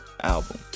album